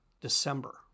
December